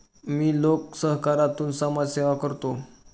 मी लोकसहकारातून समाजसेवा करतो